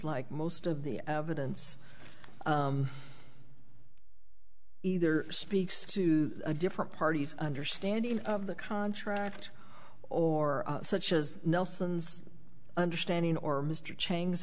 like most of the evidence either speaks to a different parties understanding of the contract or such as nelson's understanding or mr ch